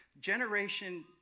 Generation